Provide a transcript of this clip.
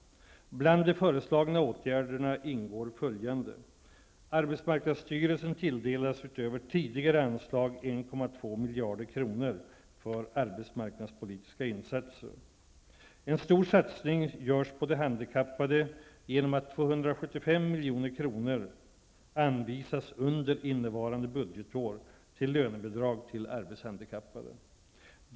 Bland de föreslagna åtgärderna ingår följande: Arbetsmarknadsstyrelsen tilldelas utöver tidigare anslag 1,2 miljarder kronor för arbetsmarknadspolitiska insatser. En stor satsning görs på de handikappade genom att 275 milj.kr. anvisas under innevarande budgetår till lönebidrag till arbetshandikappade.